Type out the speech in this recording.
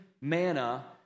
manna